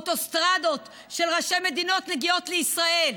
אוטוסטרדות של ראשי מדינות מגיעות לישראל,